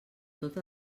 tot